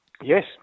Yes